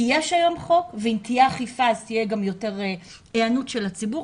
כי יש היום חוק ואם תהיה אכיפה אז תהיה גם יותר היענות של הציבור.